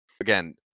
again